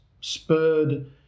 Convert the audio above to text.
spurred